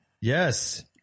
Yes